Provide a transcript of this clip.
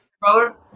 brother